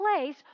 place